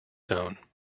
zone